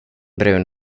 brun